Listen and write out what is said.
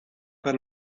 per